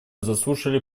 заслушали